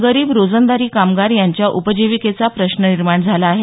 गरीब रोजंदारी कामगार यांच्या उपजीविकेचा प्रश्न निर्माण झाला आहे